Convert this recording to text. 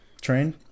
train